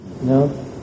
No